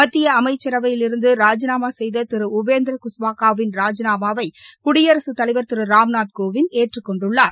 மத்திய அமைச்சரவையிலிருந்து ராஜினாமா செய்த உபேந்திர குஷ்வாகாவின் ராஜினாமாவை குடியரசுத்தலைவர் திரு ராம்நாத் கோவிந்த் ஏற்றுக்கொண்டுள்ளார்